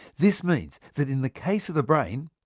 this means that in the case of the brain,